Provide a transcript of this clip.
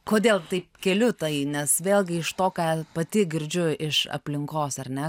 kodėl taip keliu tai nes vėlgi iš to ką pati girdžiu iš aplinkos ar ne